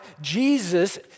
Jesus